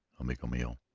amigo mio.